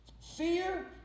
fear